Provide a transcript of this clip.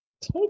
Take